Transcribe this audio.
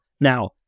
now